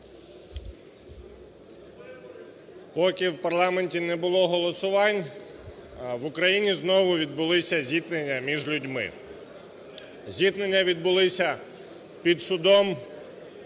Поки в парламенті не було голосувань, в Україні знову відбулися зіткнення між людьми. Зіткнення відбулися під судом,